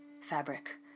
fabric